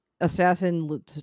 assassin